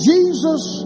Jesus